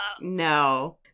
no